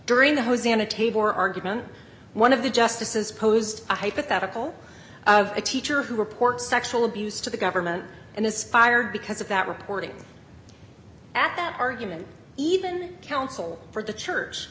during the hosanna table or argument one of the justices posed a hypothetical of a teacher who report sexual abuse to the government and aspired because of that reporting at that argument even counsel for the church